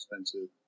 expensive